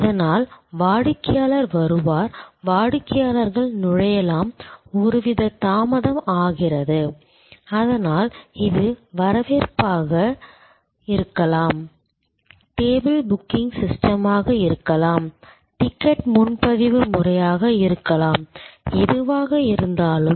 அதனால் வாடிக்கையாளர் வருவார் வாடிக்கையாளர்கள் நுழையலாம் ஒருவித தாமதம் ஆகிறது அதனால் இது வரவேற்பாக இருக்கலாம் டேபிள் புக்கிங் சிஸ்டமாக இருக்கலாம் டிக்கெட் முன்பதிவு முறையாக இருக்கலாம் எதுவாக இருந்தாலும்